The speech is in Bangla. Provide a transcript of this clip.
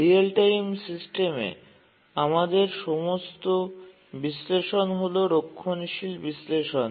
রিয়েল টাইম সিস্টেমে আমাদের সমস্ত বিশ্লেষণ হল রক্ষণশীল বিশ্লেষণ